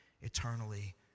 eternally